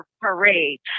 Parade